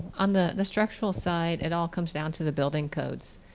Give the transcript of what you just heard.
on the the structural side, it all comes down to the building codes.